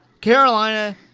Carolina